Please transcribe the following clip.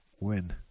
Win